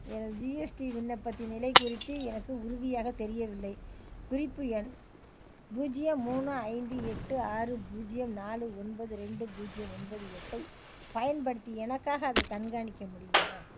எனது ஜிஎஸ்டி விண்ணப்பத்தின் நிலை குறித்து எனக்கு உறுதியாக தெரியவில்லை குறிப்பு எண் பூஜ்ஜியம் மூணு ஐந்து எட்டு ஆறு பூஜ்ஜியம் நாலு ஒன்பது ரெண்டு பூஜ்ஜியம் ஒன்பது எட்டை பயன்படுத்தி எனக்காக அதை கண்காணிக்க முடியுமா